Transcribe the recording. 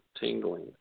tingling